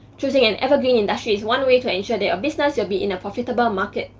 choosing an evergreen industry is one way to ensure that your business will be in a profitable market.